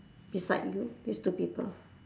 beside you these two people